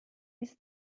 ist